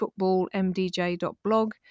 footballmdj.blog